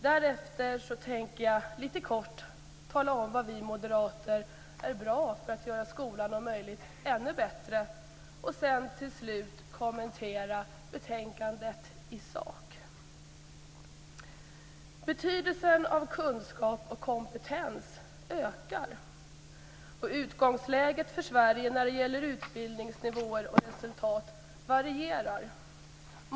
Därefter tänker jag litet kort tala om hur vi moderater vill göra skolan om möjligt ännu bättre och till slut kommentera betänkandet i sak. Betydelsen av kunskap och kompetens ökar. Utgångsläget för Sverige när det gäller utbildningsnivåer och resultat varierar.